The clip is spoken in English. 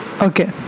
Okay